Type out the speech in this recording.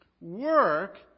work